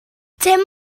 dim